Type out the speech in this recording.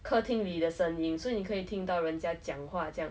客厅里的声音 so 你可以听到人家讲话这样